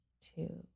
two